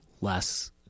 less